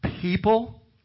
People